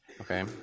Okay